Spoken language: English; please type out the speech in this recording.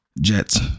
Jets